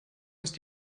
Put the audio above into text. ist